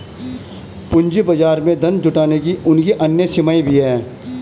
पूंजी बाजार में धन जुटाने की उनकी अन्य सीमाएँ भी हैं